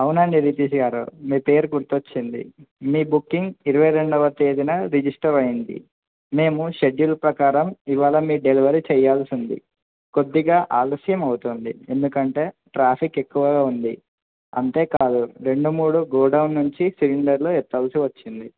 అవునండి రితీష్ గారు మీ పేరు గుర్తొచ్చింది మీ బుకింగ్ ఇరవై రెండవ తేదన రిజిస్టర్ అయింది మేము షెడ్యూల్ ప్రకారం ఇవాళ మీ డెలివరీ చేయాల్సింది కొద్దిగా ఆలస్యం అవుతుంది ఎందుకంటే ట్రాఫిక్ ఎక్కువగా ఉంది అంతే కాదు రెండు మూడు గోడౌన్ నుంచి సిలిండర్లు ఎత్తాల్సి వచ్చింది